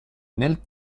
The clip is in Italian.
nel